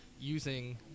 using